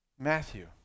Matthew